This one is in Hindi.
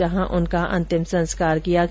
जहां उनका अंतिम संस्कार किया गया